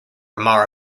mara